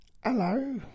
Hello